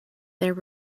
there